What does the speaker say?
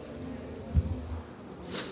jedinice.